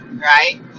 Right